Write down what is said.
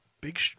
Big